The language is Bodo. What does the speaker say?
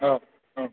औ दे